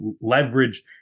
leverage